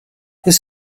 his